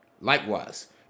likewise